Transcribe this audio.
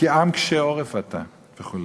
כי עם קשה עֹרף אתה" וכו'.